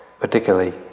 Particularly